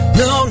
no